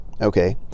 Okay